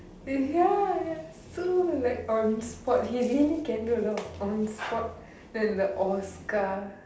ya ya so like on spot he really can do a lot on spot then the Oscar